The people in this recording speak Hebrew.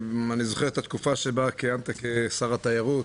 אני זוכר את התקופה שבה כיהנת כשר התיירות,